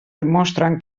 demostren